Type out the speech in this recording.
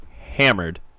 hammered